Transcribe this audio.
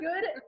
Good